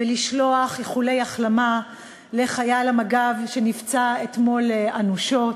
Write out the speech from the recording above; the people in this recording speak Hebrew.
ולשלוח איחולי החלמה לחייל מג"ב שנפצע אתמול אנושות.